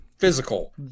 physical